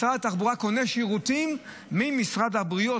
משרד התחבורה קונה שירותים ממשרד הבריאות,